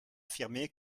affirmé